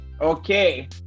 Okay